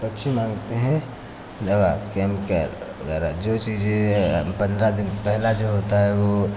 पक्षी मांगते हैं दवा केमिकल वगैरह जो चीज़ें पन्द्रह दिन पहला जो होता है वो